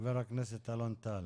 הכנסת אלון טל,